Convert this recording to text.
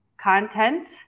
content